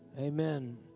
Amen